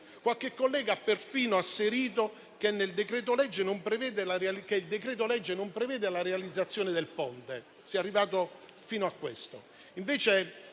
qualche collega ha perfino asserito che il decreto-legge non prevede la realizzazione del Ponte: si è arrivati fino a questo.